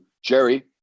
Jerry